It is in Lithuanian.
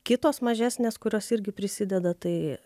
kitos mažesnės kurios irgi prisideda tai